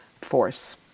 force